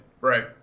right